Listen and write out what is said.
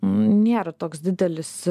nėra toks didelis